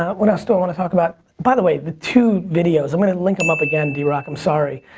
what else do i want to talk about? by the way, the two videos, i'm going to and link them up again, drock i'm sorry,